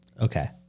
Okay